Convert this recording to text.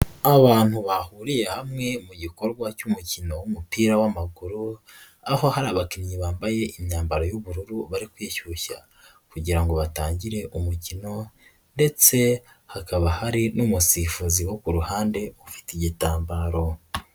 Abantu bahuriye hamwe mu gikorwa cy'umukino w'umupira w'amaguru aho hari abakinnyi bambaye imyambaro y'ubururu bari kwishyushya kugira ngo batangire umukino ndetse hakaba hari n'umusifuzi wo ku ruhande ufite igitambaro.